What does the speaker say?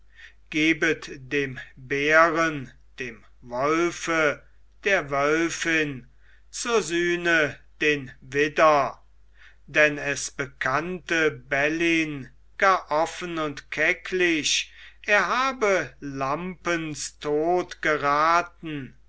dem bären dem wolfe der wölfin zur sühne den widder denn es bekannte bellyn gar offen und kecklich er habe lampens tod geraten